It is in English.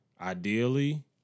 ideally